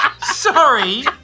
Sorry